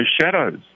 shadows